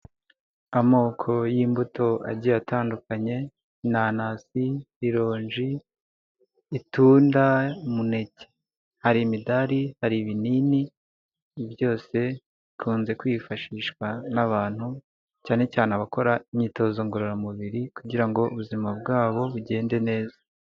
Amoko y'imbuto agiye atandukanye: inanasi, ironji, itunda, umuneke hari imidari, hari ibinini, byose bikunze kwifashishwa n'abantu cyane cyane abakora imyitozo ngororamubiri kugira ngo ubuzima bwabo bugende neza.